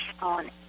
on